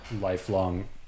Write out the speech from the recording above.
lifelong